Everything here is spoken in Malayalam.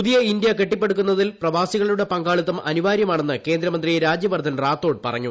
പുതിയ ഇന്ത്യ കെട്ടിപ്പടുക്കുന്നതിൽ പ്രവാസികളുടെ പങ്കാളിത്തം അനിവാര്യമാണെന്ന് കേന്ദ്രമന്ത്രി രാജ്യവർദ്ധൻ റാഥോഡ് പറഞ്ഞു